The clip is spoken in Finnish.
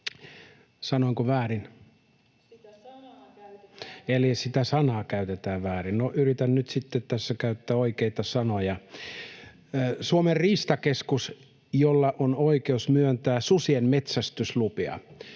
väärin!] — Eli sitä sanaa käytetään väärin. No, yritän nyt sitten tässä käyttää oikeita sanoja. Suomen riistakeskus, jolla on oikeus myöntää susien metsästyslupia,